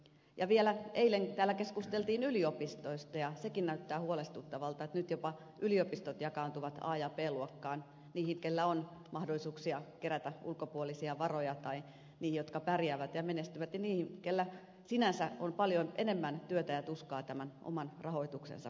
ja vielä eilen täällä keskusteltiin yliopistoista ja sekin näyttää huolestuttavalta että nyt jopa yliopistot jakaantuvat a ja b luokkaan niihin keillä on mahdollisuuksia kerätä ulkopuolisia varoja tai niihin jotka pärjäävät ja menestyvät ja niihin keillä sinänsä on paljon enemmän työtä ja tuskaa tämän oman rahoituksensa kuntoon saattamisessa